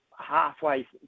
halfway